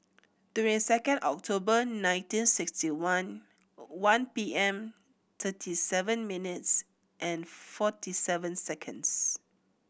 twenty second October nineteen sixty one one P M thirty seven minutes and forty seven seconds